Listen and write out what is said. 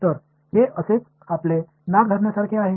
तर हे असेच आपले नाक धरण्यासारखे आहे